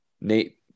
Nate